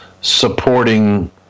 supporting